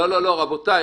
רבותי,